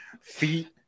Feet